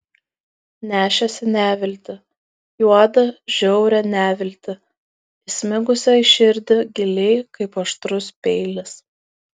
nešėsi neviltį juodą žiaurią neviltį įsmigusią į širdį giliai kaip aštrus peilis